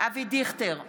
אבי דיכטר,